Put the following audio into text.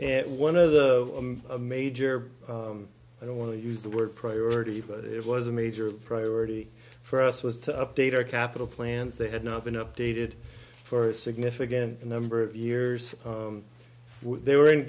d one of the major i don't want to use the word priority but it was a major priority for us was to update our capital plans they had not been updated for a significant number of years they were in